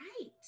Right